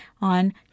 on